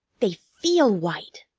they feel white.